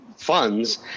funds